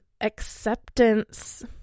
acceptance